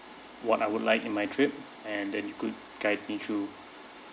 what I would like in my trip and then you could guide me through